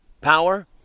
power